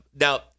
now